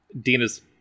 Dina's